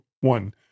one